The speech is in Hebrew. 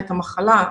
את המחלה,